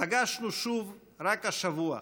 פגשנו שוב רק השבוע,